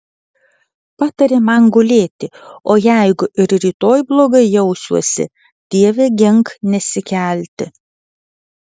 patarė man gulėti o jeigu ir rytoj blogai jausiuosi dieve gink nesikelti